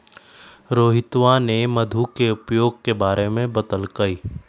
रोहितवा ने मधु के उपयोग के बारे में बतल कई